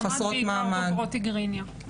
משרד הבריאות נטע הראל